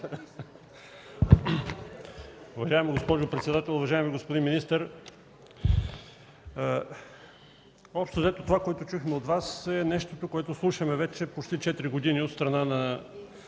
Уважаема госпожо председател, уважаеми господин министър! Общо взето това, което чухме от Вас е нещото, което слушаме вече почти четири години от страна на